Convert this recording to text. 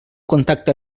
contacte